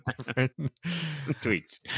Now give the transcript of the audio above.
tweets